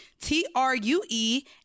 T-R-U-E